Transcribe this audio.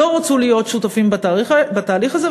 להיות שותפות בתהליך הזה,